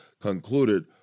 concluded